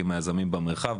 עם היזמים במרחב.